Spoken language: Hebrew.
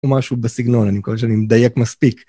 ומשהו בסגנון אני מקווה שאני מדייק מספיק.